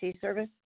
service